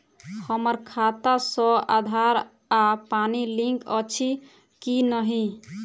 हम्मर खाता सऽ आधार आ पानि लिंक अछि की नहि?